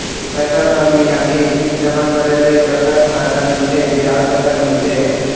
पैसा ला मियादी जमा करेले, कतक फायदा मिलथे, ब्याज कतक मिलथे?